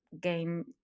game